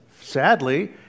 Sadly